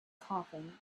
coughing